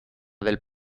del